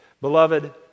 Beloved